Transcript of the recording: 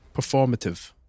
performative